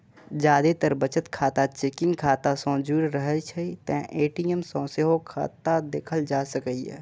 जादेतर बचत खाता चेकिंग खाता सं जुड़ रहै छै, तें ए.टी.एम सं सेहो खाता देखल जा सकैए